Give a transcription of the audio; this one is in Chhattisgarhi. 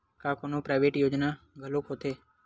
का कोनो प्राइवेट योजना घलोक होथे?